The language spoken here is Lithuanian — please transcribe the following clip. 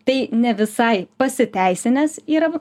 tai ne visai pasiteisinęs yra